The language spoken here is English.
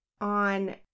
on